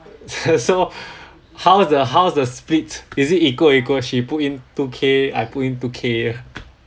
so how's the how's the split is it equal equal she put in two K I put in two K